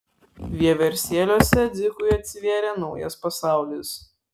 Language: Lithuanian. vieversėliuose dzikui atsivėrė naujas pasaulis